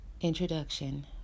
Introduction